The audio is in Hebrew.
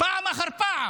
פעם אחר פעם.